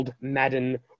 Madden